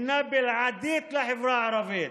בלעדית לחברה הערבית.